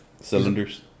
cylinders